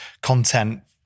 content